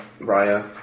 Raya